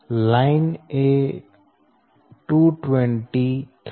line એ 22013